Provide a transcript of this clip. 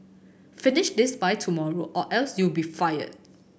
finish this by tomorrow or else you'll be fired